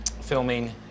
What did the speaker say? filming